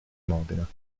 modena